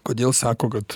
kodėl sako kad